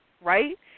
Right